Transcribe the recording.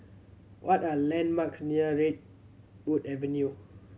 what are landmarks near Redwood Avenue